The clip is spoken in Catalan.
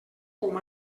com